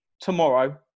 tomorrow